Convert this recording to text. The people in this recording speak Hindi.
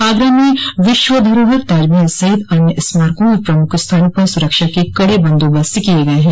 आगरा में विश्व धरोहर ताजमहल सहित अन्य स्मारकों और प्रमुख स्थानों पर स्रक्षा के कड़े बंदोबस्त किये गये हैं